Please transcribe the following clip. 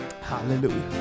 Hallelujah